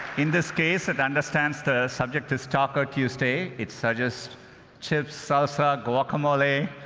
in this case, it understands the subject is taco tuesday. it suggests chips, salsa, guacamole.